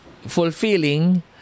fulfilling